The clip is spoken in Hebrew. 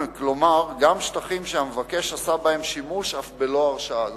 כלומר גם שטחים שהמבקש עשה בהם שימוש אף בלא הרשאה לכך.